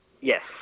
yes